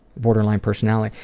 borderline personality.